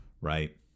right